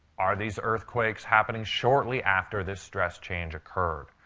are these earthquakes happening shortly after this stress change occurred?